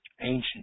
ancient